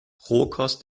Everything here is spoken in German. rohkost